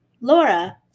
Laura